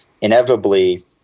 inevitably